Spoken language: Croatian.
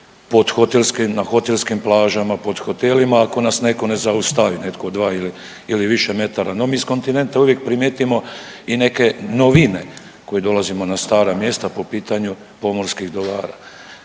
na hotelskim plažama, pod hotelima ako nas netko ne zaustavi netko dva ili više metara. No mi s kontinenta uvijek primijetimo i neke novine koje dolazimo na stara mjesta po pitanju pomorskih dobara.